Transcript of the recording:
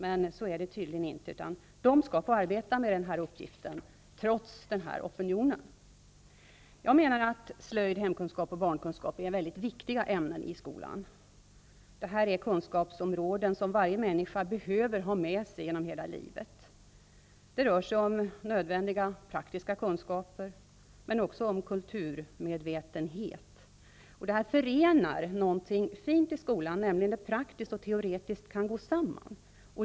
Men så är det tydligen inte, utan den skall tydligen få arbeta med denna uppgift trots denna opinion. Jag menar att slöjd, hemkunskap och barnkunskap är mycket viktiga ämnen i skolan. Detta är kunskapsområden som varje människa behöver ha med sig genom hela livet. Det rör sig om nödvändiga praktiska kunskaper men också om kulturmedvetenhet. Detta förenar något fint i skolan, nämligen att det praktiska och teoretiska kan gå samman.